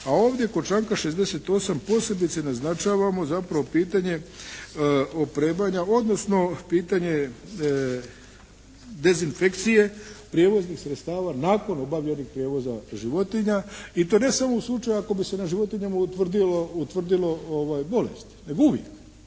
a ovdje kod članka 68. posebice naznačavamo zapravo pitanje opremanja, odnosno pitanje dezinfekcije prijevoznih sredstava nakon obavljenih prijevoza životinja i to ne samo u slučaju ako bi se na životinjama utvrdila bolest nego uvijek,